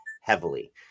heavily